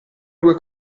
due